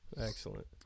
Excellent